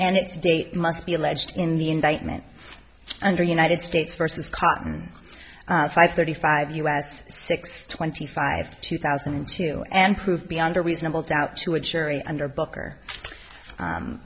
and it's date must be alleged in the indictment under united states versus cotton five thirty five us six twenty five two thousand and two and prove beyond a reasonable doubt to a jury under book